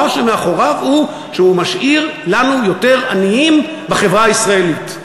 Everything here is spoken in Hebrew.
שמאחוריו היא שהוא משאיר לנו יותר עניים בחברה הישראלית.